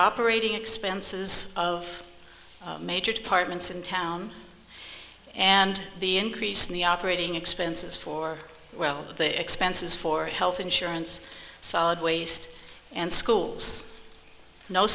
operating expenses of major departments in town and the increase in the operating expenses for well the expenses for health insurance solid waste and schools no